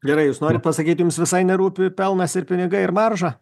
gerai jūs norit pasakyt jums visai nerūpi pelnas ir pinigai ir marža